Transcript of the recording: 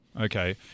Okay